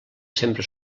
sempre